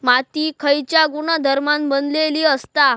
माती खयच्या गुणधर्मान बनलेली असता?